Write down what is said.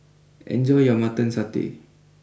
enjoy your Mutton Satay